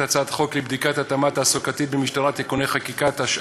את הצעת חוק לתיקון פקודת המשטרה (מס' 32) (התאמה תעסוקתית),